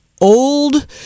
old